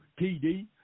TD